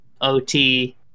OT